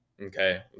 Okay